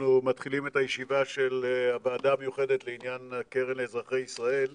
אנחנו מתחילים את הישיבה של הוועדה המיוחדת לעניין הקרן לאזרחי ישראל .